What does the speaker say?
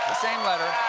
same letter